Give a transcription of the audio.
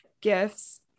gifts